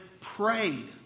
prayed